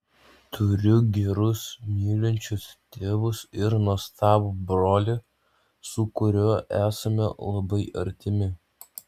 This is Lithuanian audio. turiu gerus mylinčius tėvus ir nuostabų brolį su kuriuo esame labai artimi